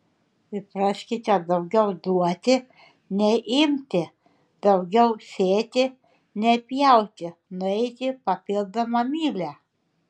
įpraskite daugiau duoti nei imti daugiau sėti nei pjauti nueiti papildomą mylią